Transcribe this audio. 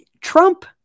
Trump